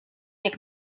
jak